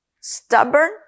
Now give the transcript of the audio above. stubborn